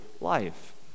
life